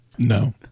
No